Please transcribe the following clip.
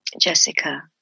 Jessica